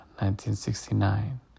1969